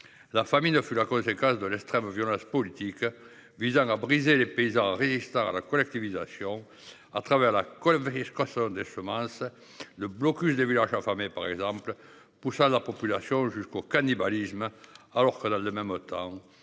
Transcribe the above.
La famille ne fut la conséquence de l'extrême violence politique visant à briser les paysans Richard à la collectivisation à travers la. Je crois, sont des semences. Le blocus des villages. Par exemple pour ça la population jusqu'au cannibalisme, alors que là le même autant